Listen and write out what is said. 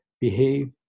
behave